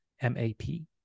M-A-P